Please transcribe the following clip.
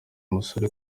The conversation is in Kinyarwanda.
musore